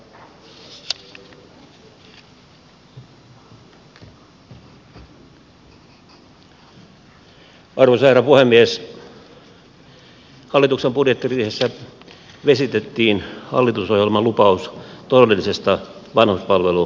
hallituksen budjettiriihessä vesitettiin hallitusohjelman lupaus todellisesta vanhuspalvelulaista